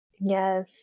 Yes